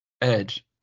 edge